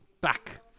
back